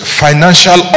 financial